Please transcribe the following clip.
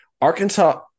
Arkansas